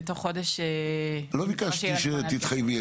ותוך חודש אני מקווה --- לא ביקשתי שתתחייבי,